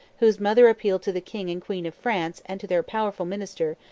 whose mother appealed to the king and queen of france and to their powerful minister,